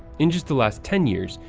in just the last ten years,